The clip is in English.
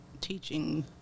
teaching